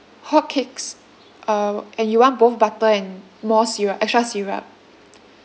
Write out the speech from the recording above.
hotcakes uh and you want both butter and more syrup extra syrup